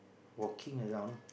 walking around